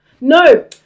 no